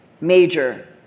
major